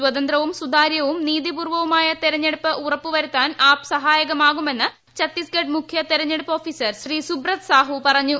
സ്വതന്ത്രവും സുതാര്യവും ആപ്പ് നീതിപൂർവകവുമായ തെരഞ്ഞെടുപ്പ് ഉറപ്പ് വരുത്താൻ ആപ്പ് സഹായകമാകുമെന്ന് ഛത്തീസ്ഗഡിലെ മുഖ്യ തെരഞ്ഞെടുപ്പ് ഓഫീസർ ശ്രീ സുബ്രത് സാഹു പറഞ്ഞു